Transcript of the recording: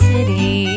City